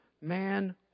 man